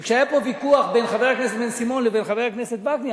כשהיה פה ויכוח בין חבר הכנסת בן-סימון לבין חבר הכנסת וקנין,